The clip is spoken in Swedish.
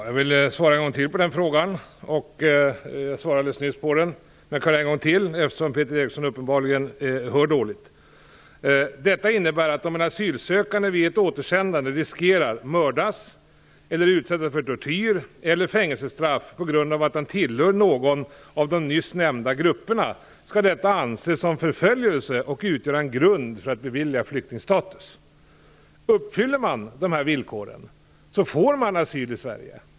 Fru talman! Jag besvarade frågan alldeles nyss, men jag kan göra det igen, eftersom Peter Eriksson uppenbarligen hör dåligt. Om en asylsökande vid ett återsändande riskerar att mördas, utsättas för tortyr eller fängelsestraff på grund av att han tillhör någon av de nyss nämnda grupperna skall detta anses som förföljelse och utgöra en grund för att bevilja flyktingstatus. Om man uppfyller dessa villkor får man asyl i Sverige.